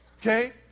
okay